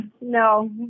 no